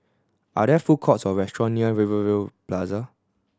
are there food courts or restaurant near Rivervale Plasa